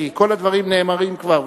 כי כל הדברים כבר נאמרים.